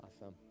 Awesome